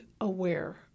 aware